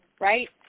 right